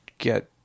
Get